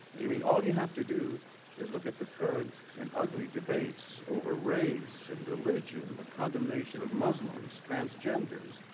i mean all you have to do is look at the current and ugly debates over race and religion, the condemnation of muslims, trans transgenders,